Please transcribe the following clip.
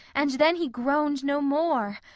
and then he groaned no more!